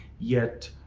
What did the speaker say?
yet,